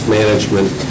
management